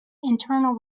internal